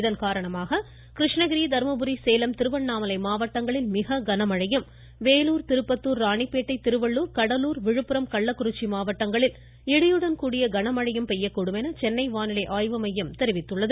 இதன் காரணமாக கிருஷ்ணகிரி தர்மபுரி சேலம் திருவண்ணாமலை மாவட்டங்களில் மிக கனமழையும் வேலூர் திருப்பத்தூர் ராணிப்பேட்டை திருவள்ளுர் கடலூர் விழுப்புரம் கள்ளக்குறிச்சி மாவட்டங்களில் இடியுடன் கூடிய கனமழையும் பெய்யக்கூடும் என்று சென்னை வானிலை ஆய்வு மையம் தெரிவித்துள்ளது